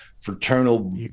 fraternal